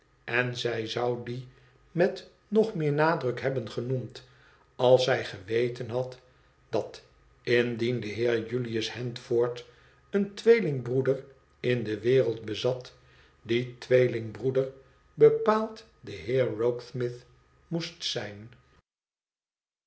en zij zou die met nog meer nadruk hebben genoemd als zij geweten had dat indien de heer julius handford een tweelingbroeder in de wereld bezat die tweelingbroeder bepaald de heer rokesmith moest zijn